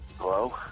Hello